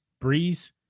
Breeze